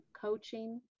coaching